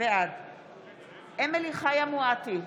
בעד אמילי חיה מואטי,